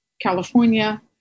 California